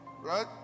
Right